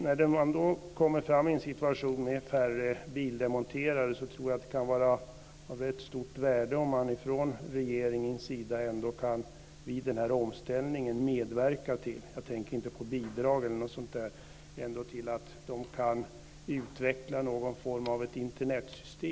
När det blir en situation med färre bildemonterare tror jag att det kan vara av ganska stort värde om man från regeringens sida vid den här omställningen kan medverka till - jag tänker inte på bidrag eller något sådant - att de kan utveckla någon form av Internetsystem.